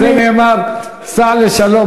על זה נאמר "סע לשלום,